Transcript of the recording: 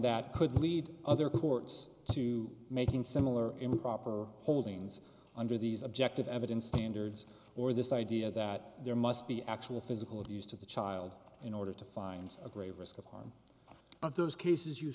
that could lead other courts to making similar improper holdings under these objective evidence standards or this idea that there must be actual physical abuse to the child in order to find a grave risk of one of those cases you